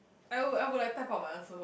I would I would have typed out my answer first